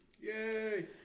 Yay